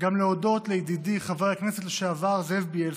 גם להודות לידידי חבר הכנסת לשעבר זאב בילסקי,